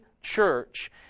church